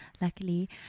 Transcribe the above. luckily